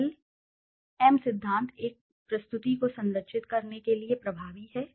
tell " M सिद्धांत एक प्रस्तुति को संरचित करने के लिए प्रभावी है